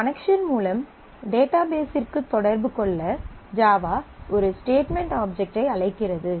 connection மூலம் டேட்டாபேஸிற்கு தொடர்பு கொள்ள ஜாவா ஒரு ஸ்டேட்மென்ட் ஆப்ஜெக்ட் ஐ அழைக்கிறது